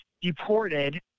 deported